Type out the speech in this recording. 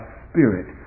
spirit